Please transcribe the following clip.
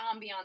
ambiance